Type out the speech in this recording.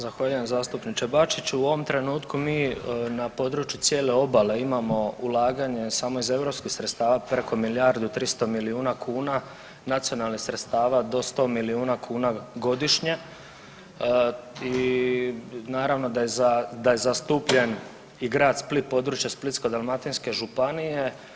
Zahvaljujem zastupniče Bačić, u ovom trenutku mi na području cijele obale imamo ulaganje samo iz europskih sredstava preko milijardu 300 milijuna kuna, nacionalnih sredstava do 100 milijuna kuna godišnje i naravno da je zastupljen i grad Split, područje Splitsko-dalmatinske županije.